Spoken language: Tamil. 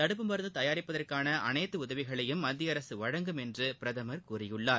தடுப்பு மருந்து தயாரிப்பதற்கான அனைத்து உதவிகளையும் மத்திய அரசு வழங்கும் என்று பிரதமர் கூறியுள்ளார்